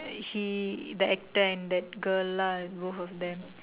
he that actor and that girl lah both of them